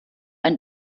ein